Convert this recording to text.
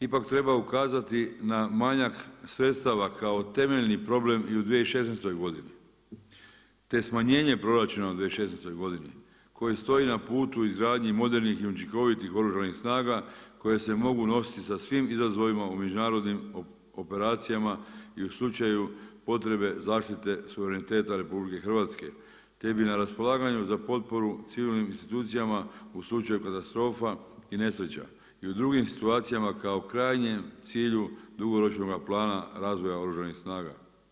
Ipak treba ukazati na manjak sredstava kao temeljni problem i u 2016. godini, te smanjenje proračuna u 2016. godini, koji stoji na putu izgradnji modernih i učinkovitih oružanih snaga, koji se mogu nositi sa svim izazovima u međunarodnim operacijama i u slučaju potrebe zaštite suvereniteta RH, te bi na raspolaganju za potporu civilnim institucijama u slučaju katastrofa i nesreća i u drugim situacijama kao krajnjem cilju dugoročnoga plana razvoja oružanih snaga.